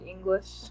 English